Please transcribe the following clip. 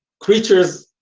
creatures,